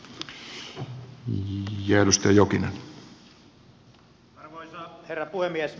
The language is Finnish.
arvoisa herra puhemies